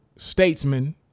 statesman